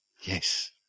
Yes